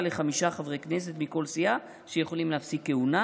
לחמישה חברי כנסת מכל סיעה שיכולים להפסיק כהונה,